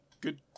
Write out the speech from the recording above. Good